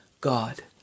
God